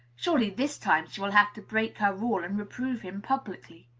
surely, this time she will have to break her rule, and reprove him publicly.